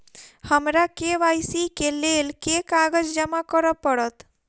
हमरा के.वाई.सी केँ लेल केँ कागज जमा करऽ पड़त?